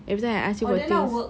every time I ask you for things